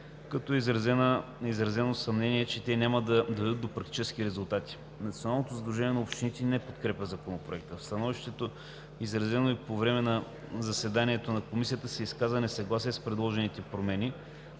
като е изразено съмнение, че те няма да доведат до практически резултат. Националното сдружение на общините не подкрепя Законопроекта. В становището, изразено и по време на заседанието на Комисията, се изказа несъгласие с предложените промени,